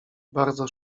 bardzo